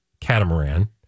catamaran